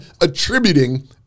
attributing